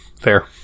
Fair